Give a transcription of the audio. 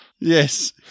Yes